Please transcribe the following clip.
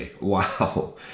Wow